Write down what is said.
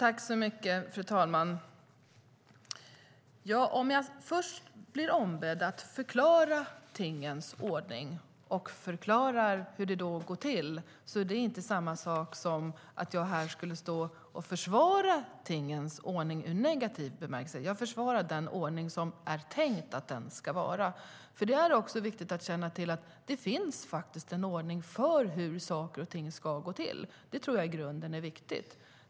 Fru talman! Om jag först blir ombedd att förklara tingens ordning och då förklarar hur det går till är det inte samma sak som att jag skulle stå här och försvara tingens ordning i negativ bemärkelse. Jag försvarar den ordning som är tänkt att vara. Det är viktigt att känna till att det finns en ordning för hur saker och ting ska gå till, och det tror jag i grunden är viktigt.